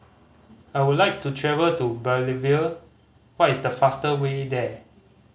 I would like to travel to Bolivia what is the fast way there